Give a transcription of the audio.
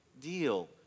deal